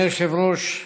אדוני היושב-ראש,